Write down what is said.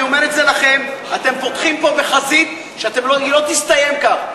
אני אומר את זה לכם: אתם פותחים פה חזית שהיא לא תסתיים כך.